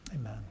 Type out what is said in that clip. Amen